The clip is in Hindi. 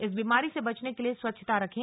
इस बीमारी से बचने के लिए स्वच्छता रखें